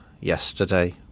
Yesterday